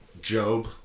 Job